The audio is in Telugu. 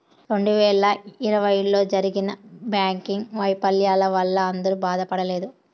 రెండు వేల ఇరవైలో జరిగిన బ్యాంకింగ్ వైఫల్యాల వల్ల అందరూ బాధపడలేదు